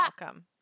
welcome